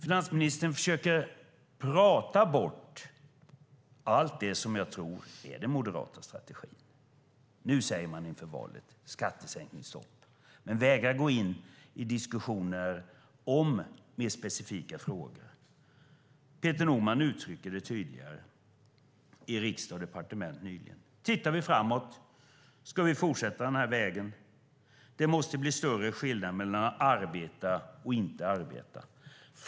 Finansministern försöker prata bort allt det som jag tror är den moderata strategin. Nu säger man inför valet att det ska vara ett skattesänkningsstopp, men man vägrar gå in i diskussioner om mer specifika frågor. Peter Norman uttryckte det tydligare i Riksdag & Departement nyligen: Tittar vi framåt ska vi fortsätta den här vägen. Det måste bli större skillnader mellan att arbeta och att inte arbeta.